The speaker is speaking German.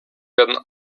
werden